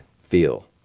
feel